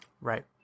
Right